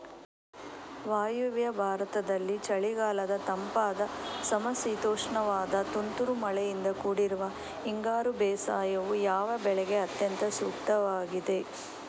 ವಾಯುವ್ಯ ಭಾರತದಲ್ಲಿ ಚಳಿಗಾಲದ ತಂಪಾದ ಸಮಶೀತೋಷ್ಣವಾದ ತುಂತುರು ಮಳೆಯಿಂದ ಕೂಡಿರುವ ಹಿಂಗಾರು ಬೇಸಾಯವು, ಯಾವ ಬೆಳೆಗೆ ಅತ್ಯಂತ ಸೂಕ್ತವಾಗಿದೆ?